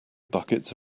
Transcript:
buckets